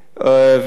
טועמים אותו,